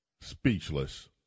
speechless